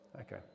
Okay